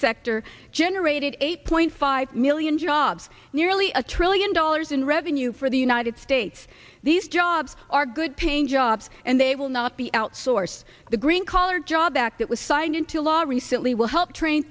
sector generated eight point five million jobs nearly a trillion dollars in revenue for the united states these jobs are good paying jobs and they will not be outsourced the green collar jobs act that was signed into law recently will help train